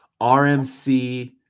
RMC